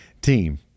Team